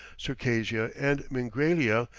circassia, and mingrelia,